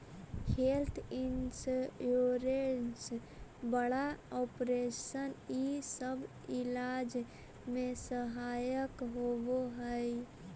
health insurance बड़ा operation इ सब इलाज में सहायक होवऽ हई